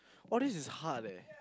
all this is hard leh